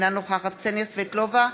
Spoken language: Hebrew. אינה נוכחת קסניה סבטלובה,